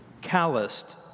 calloused